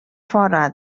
fora